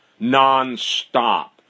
nonstop